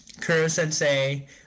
Kuro-sensei